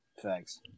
Thanks